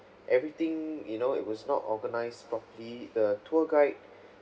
everything you know it was not organised properly the tour guide